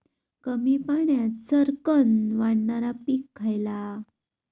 कमी पाण्यात सरक्कन वाढणारा पीक खयला?